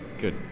Good